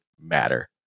matter